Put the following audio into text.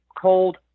cold